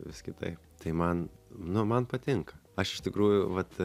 vis kitaip tai man nu man patinka aš iš tikrųjų vat